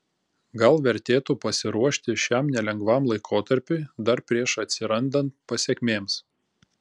gal vertėtų pasiruošti šiam nelengvam laikotarpiui dar prieš atsirandant pasekmėms